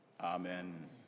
Amen